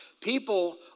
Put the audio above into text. people